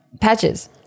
patches